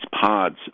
pods